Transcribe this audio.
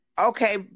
Okay